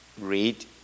read